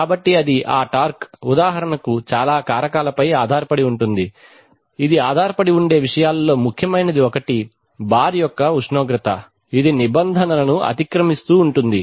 కాబట్టి అది ఆ టార్క్ ఉదాహరణకు చాలా కారకాలపై ఆధారపడి ఉంటుంది ఇది ఆధారపడి ఉండే విషయాలలో ముఖ్యమైనది ఒకటి బార్ యొక్క ఉష్ణోగ్రత ఇది నిబంధనలను అతిక్రమిస్తూ ఉంటుంది